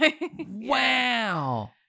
Wow